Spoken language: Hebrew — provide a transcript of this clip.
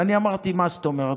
ואני אמרתי: מה זאת אומרת?